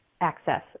access